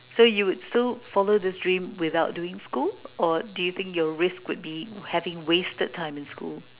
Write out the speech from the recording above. so you would still follow this dream without doing school or do you think your risk would be having wasted time in school